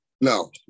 no